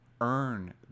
earn